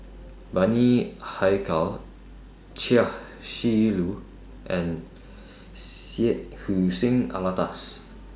Bani Haykal Chia Shi Lu and Syed Hussein Alatas